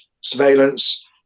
surveillance